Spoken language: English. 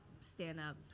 stand-up